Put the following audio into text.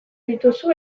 dituzu